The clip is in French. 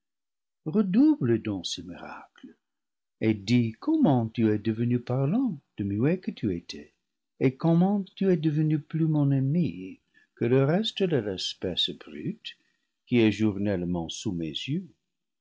redouble donc ce miracle et dis comment tu es devenu parlant de muet que tu étais et com ment tu es devenu plus mon ami que le reste de l'espèce brute qui est journellement sous mes yeux